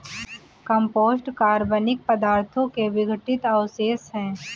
compost कार्बनिक पदार्थों के विघटित अवशेष हैं